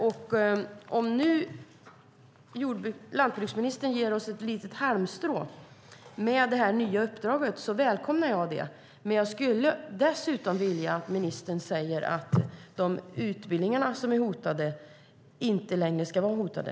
Jag välkomnar att landsbygdsministern ger oss ett halmstrå med det nya uppdraget. Jag skulle vilja att ministern dessutom säger att de utbildningar som är hotade inte längre är hotade.